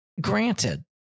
granted